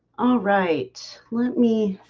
all right, let me